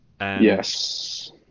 Yes